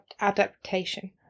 adaptation